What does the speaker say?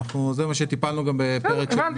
טיפלנו בזה בפרק של...